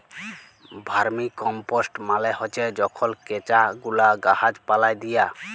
vermicompost মালে হছে যখল কেঁচা গুলা গাহাচ পালায় দিয়া